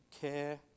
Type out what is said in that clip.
care